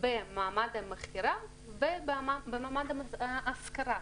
במעמד המכירה ובמעמד ההשכרה.